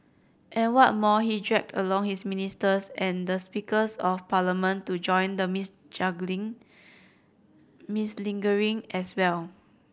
and what more he dragged along his ministers and the Speaker of Parliament to join the mudslinging as well